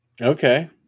Okay